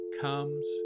comes